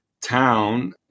town